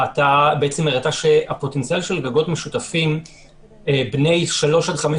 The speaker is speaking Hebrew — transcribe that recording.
היא בעצם ראתה שהפוטנציאל של גגות משותפים בני שלוש עד חמש